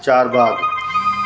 Charbagh